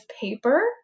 paper